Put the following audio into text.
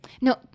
No